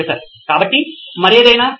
professor కాబట్టి మరేదైనా